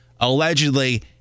allegedly